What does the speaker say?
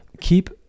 Keep